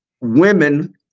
women